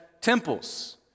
temples